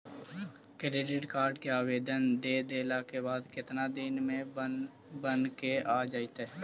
Credit card के आवेदन दे देला के बाद केतना दिन में बनके आ जइतै?